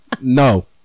No